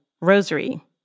Rosary